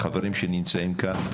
החברים שנמצאים כאן,